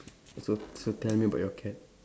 so so tell me about your cat